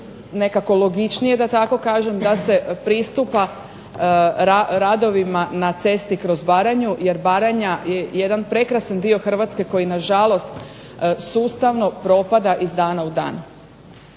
tako kažem da se pristupa radovima na cesti kroz Baranju jer Baranja je jedan prekrasan dio Hrvatske koji nažalost sustavno propada iz dana u dan.